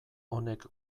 honek